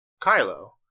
Kylo